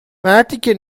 مرتیکه